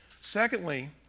Secondly